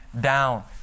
down